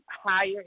higher